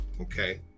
Okay